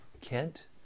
Kent